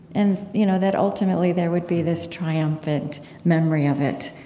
and you know that ultimately there would be this triumphant memory of it.